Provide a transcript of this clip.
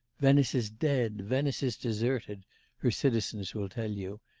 venice is dead, venice is deserted her citizens will tell you,